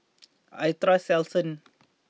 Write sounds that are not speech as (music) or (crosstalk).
(noise) I trust Selsun